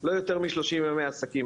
לא יותר משלושים ימי עסקים,